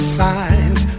signs